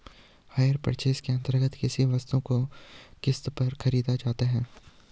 higher purchase के अंतर्गत किसी वस्तु को किस्त पर खरीदा जाता है